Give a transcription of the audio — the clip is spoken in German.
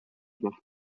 machte